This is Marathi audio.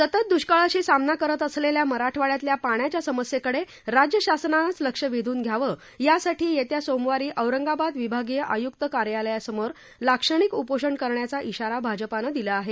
सतत दृष्काळाशी सामना करत असलेल्या मराठवाड्यातल्या पाण्याच्या समस्येकडे राज्य शासनानंचं लक्ष वेधून घ्यावं यासाठी येत्या सोमवारी औरंगाबाद विभागीय आय्क्त कार्यालयासमोर लाक्षणिक उपोषण करण्याचा इशारा भाजपानं दिला आहे